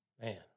man